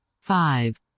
five